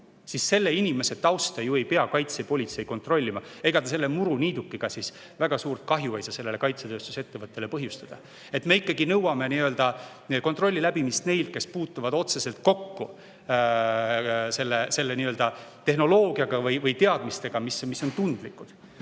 siis selle inimese tausta ju ei pea kaitsepolitsei kontrollima. Ega ta selle muruniidukiga väga suurt kahju ei saa sellele kaitsetööstusettevõttele põhjustada. Me ikkagi nõuame kontrolli läbimist neilt, kes puutuvad otseselt kokku tehnoloogia või teadmistega, mis on tundlikud.